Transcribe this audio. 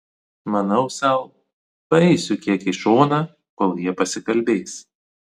manau sau paeisiu kiek į šoną kol jie pasikalbės